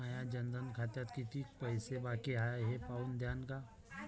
माया जनधन खात्यात कितीक पैसे बाकी हाय हे पाहून द्यान का?